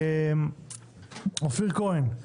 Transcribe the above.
אופיר כהן,